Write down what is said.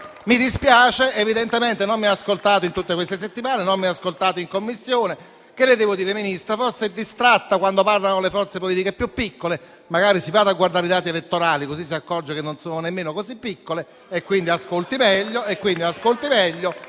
mi dispiace, ma evidentemente non mi ha ascoltato in tutte queste settimane, non mi ha ascoltato in Commissione: che le devo dire? Forse è distratta quando parlano le forze politiche più piccole, magari si vada a guardare i dati elettorali, così si accorge che non sono nemmeno così piccole, quindi la invito ad ascoltare meglio.